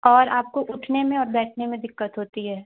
और आपको उठने में और बैठने में दिक्कत होती है